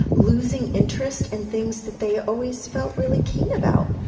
losing interest in things that they always felt really keen about.